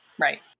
Right